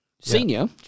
senior